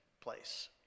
place